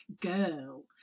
Girl